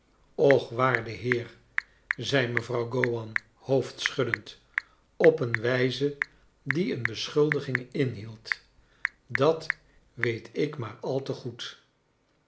waarde heer zei mevrouw gowan hoofdschuddend op een wijze die een beschuldiging inhield dat weet ik maar al te goed